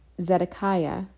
Zedekiah